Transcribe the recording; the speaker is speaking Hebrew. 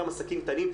אותם עסקים קטנים,